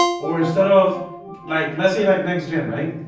or instead of like let's say like next-gen, right?